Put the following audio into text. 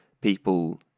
people